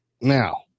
Now